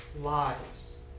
lives